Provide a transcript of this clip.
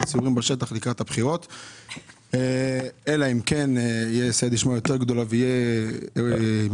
הסיורים בשטח לקראת הבחירות אלא אם כן תהיה ממשלה